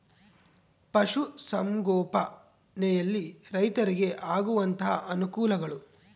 ಪಶುಸಂಗೋಪನೆಯಲ್ಲಿ ರೈತರಿಗೆ ಆಗುವಂತಹ ಅನುಕೂಲಗಳು?